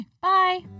Bye